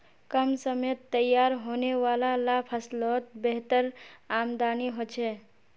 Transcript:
कम समयत तैयार होने वाला ला फस्लोत बेहतर आमदानी होछे